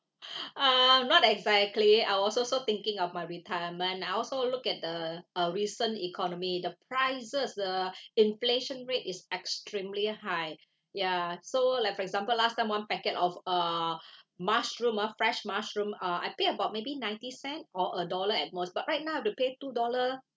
uh not exactly I was also thinking of my retirement I also look at the uh recent economy the prices the inflation rate is extremely high ya so like for example last time one packet of uh mushroom ah fresh mushroom uh I pay about maybe ninety cent or a dollar at most but right now have to pay two dollar